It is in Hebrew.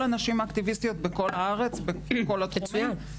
הנשים האקטיביסטיות בכל הארץ ובכל התחומים,